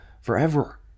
forever